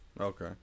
Okay